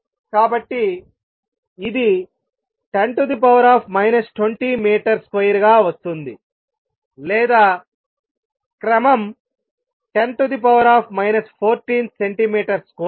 కాబట్టి ఇది 10 metre square గా వస్తుంది లేదా క్రమం 10 14సెంటీమీటర్ స్క్వేర్